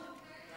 אלימות בספורט.